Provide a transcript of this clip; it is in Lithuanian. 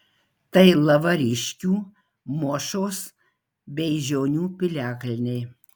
tai lavariškių mošos beižionių piliakalniai